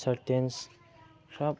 certain ꯈꯔ